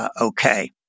okay